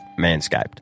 Manscaped